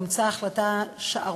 אומצה החלטה שערורייתית